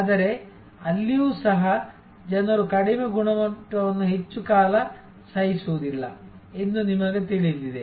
ಆದರೆ ಅಲ್ಲಿಯೂ ಸಹ ಜನರು ಕಡಿಮೆ ಗುಣಮಟ್ಟವನ್ನು ಹೆಚ್ಚು ಕಾಲ ಸಹಿಸುವುದಿಲ್ಲ ಎಂದು ನಿಮಗೆ ತಿಳಿದಿದೆ